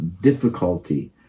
difficulty